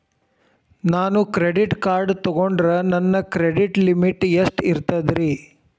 ನಾನು credit card ತೊಗೊಂಡ್ರ ನನ್ನ ಕ್ರೆಡಿಟ್ ಲಿಮಿಟ್ ಎಷ್ಟ ಇರ್ತದ್ರಿ?